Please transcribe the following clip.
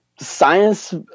science